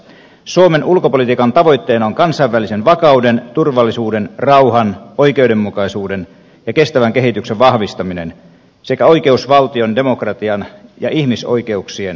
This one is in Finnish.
suomen ulkopolitiikan tavoitteena on kansainvälisen vakauden turvallisuuden rauhan oikeudenmukaisuuden ja kestävän kehityksen vahvistaminen sekä oikeusvaltion demokratian ja ihmisoikeuksien edistäminen